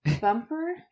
Bumper